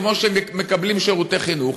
כמו שהם מקבלים שירותי חינוך,